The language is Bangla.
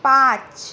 পাঁচ